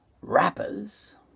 rappers